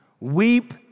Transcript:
weep